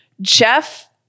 Jeff